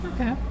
Okay